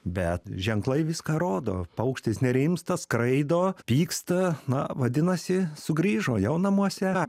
bet ženklai viską rodo paukštis nerimsta skraido pyksta na vadinasi sugrįžo jau namuose